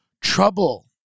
trouble